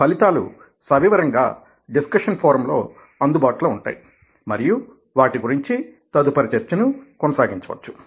ఫలితాలు సవివరంగా discussion forum లో అందుబాటులో ఉంటాయి మరియువాటి గురించి తదుపరి చర్చను కొనసాగించవచ్చు